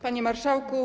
Panie Marszałku!